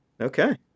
okay